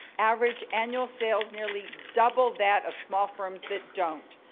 average annual sales nearly double that of small firms that don't.